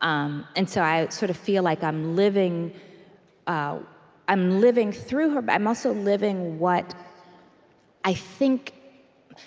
um and so i sort of feel like i'm living um i'm living through her, but i'm also living what i think